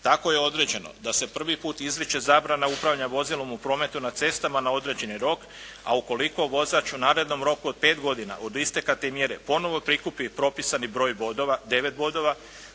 Tako je određeno da se prvi put izriče zabrana upravljanja vozilom u prometu na cestama na određeni rok, a ukoliko vozač u narednom roku od 5 godina od isteka te mjere ponovno prikupi propisani broj bodova, 9 bodova,